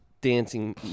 Dancing